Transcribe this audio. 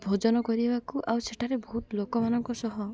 ଭୋଜନ କରିବାକୁ ଆଉ ସେଠାରେ ବହୁତ ଲୋକମାନଙ୍କ ସହ